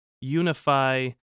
unify